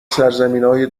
سرزمینای